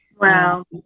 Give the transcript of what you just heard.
Wow